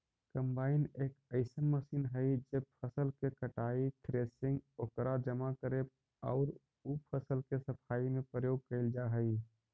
combine एक अइसन machine हई जे फसल के कटाई, थ्रेसिंग, ओकरा जमा करे औउर उ फसल के सफाई में प्रयोग कईल जा हई